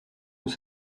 nous